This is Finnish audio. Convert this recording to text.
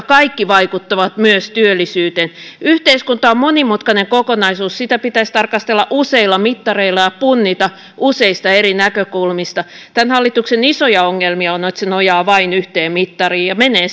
kaikki vaikuttavat myös työllisyyteen yhteiskunta on monimutkainen kokonaisuus sitä pitäisi tarkastella useilla mittareilla ja punnita useista eri näkökulmista tämän hallituksen isoja ongelmia on että se nojaa vain yhteen mittariin ja menee